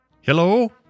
hello